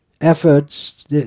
efforts